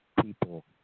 people